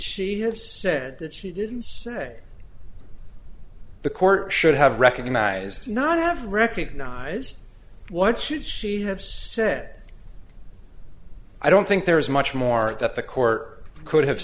she has said that she didn't say the court should have recognized not have recognized what should she have said i don't think there is much more that the court could have